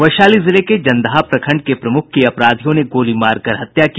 वैशाली जिले के जनदाहा प्रखंड के प्रमूख की अपराधियों ने गोली मारकर हत्या की